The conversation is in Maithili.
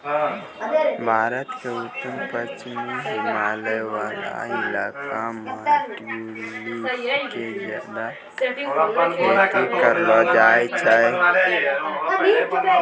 भारत के उत्तर पश्चिमी हिमालय वाला इलाका मॅ ट्यूलिप के ज्यादातर खेती करलो जाय छै